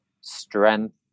strength